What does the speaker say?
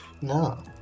No